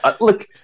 look